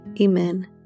Amen